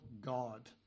God